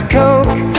coke